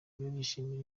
barishimira